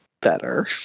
better